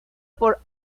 por